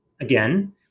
again